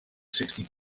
sixty